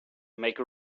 make